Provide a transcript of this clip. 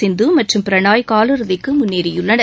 சிந்தூ மற்றும் பிரனாய் காலிறுதிக்கு முன்னேறியுள்ளனர்